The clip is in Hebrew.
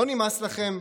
לא נמאס לכם?